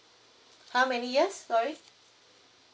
how many years sorry